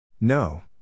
No